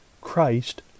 Christ